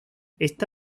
está